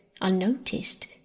unnoticed